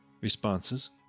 responses